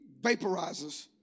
vaporizes